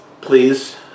please